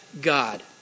God